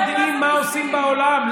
אתם לא יודעים מה עושים בעולם.